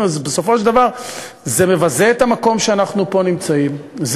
בסופו של דבר זה מבזה את המקום שאנחנו נמצאים בו,